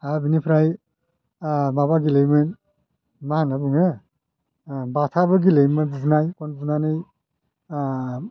आरो बिनिफ्राय माबा गेलेयोमोन मा होनना बुङो बाथाबो गेलेयोमोन बुनाय गन बुनानै